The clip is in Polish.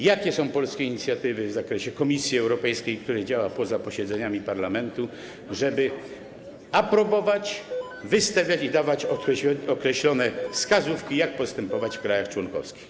Jakie są polskie inicjatywy w Komisji Europejskiej, która działa poza posiedzeniami parlamentu, żeby aprobować, wystawiać, dawać określone wskazówki, jak postępować w krajach członkowskich?